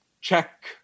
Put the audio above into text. check